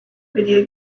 video